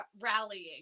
rallying